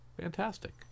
Fantastic